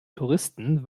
touristen